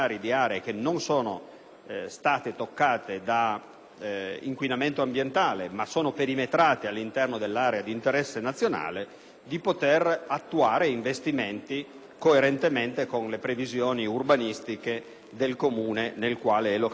state toccate da inquinamento ambientale ma sono perimetrate all'interno dell'area di interesse nazionale, di poter attuare investimenti coerentemente con le previsioni urbanistiche del Comune nel quale è localizzata quest'area.